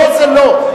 לא זה לא.